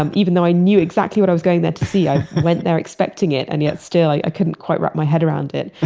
um even though i knew exactly what i was going there to see, i went there expecting it and yet still i i couldn't quite wrap my head around it,